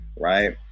Right